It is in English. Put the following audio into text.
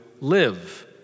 live